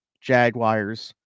Jaguars